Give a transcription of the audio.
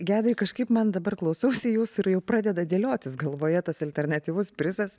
gedai kažkaip man dabar klausausi jūsų ir jau pradeda dėliotis galvoje tas alternatyvus prizas